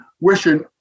wishing